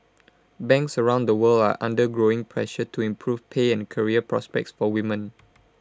banks around the world are under growing pressure to improve pay and career prospects for women